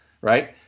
right